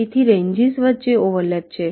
તેથી રેંજીસ વચ્ચે ઓવરલેપ છે